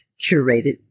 curated